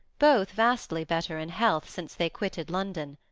both vastly better in health since they quitted london.